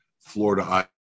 Florida